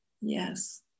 Yes